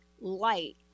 light